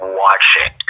watching